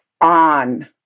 on